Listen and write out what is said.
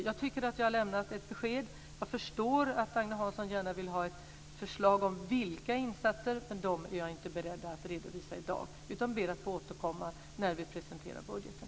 Jag tycker att jag har lämnat ett besked och förstår att Agne Hansson gärna vill ha ett förslag om vilka insatser det rör sig om men sådana är jag inte beredd att redovisa i dag, utan jag ber att få återkomma när vi presenterar budgeten.